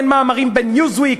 אין מאמרים ב"ניוזוויק",